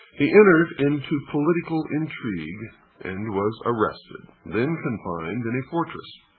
he entered into political intrigue and was arrested, then confined in a fortress.